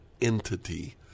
entity